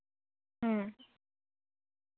ᱦᱮᱸ